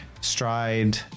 stride